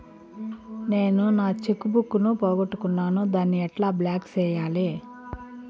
నేను నా cheque book ను పోగొట్టుకున్నాను దాన్ని ఎట్లా బ్లాక్ సేయాలి?